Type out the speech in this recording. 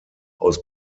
aus